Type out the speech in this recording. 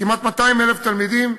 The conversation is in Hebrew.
כמעט 200,000 תלמידים,